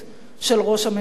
של ראש הממשלה.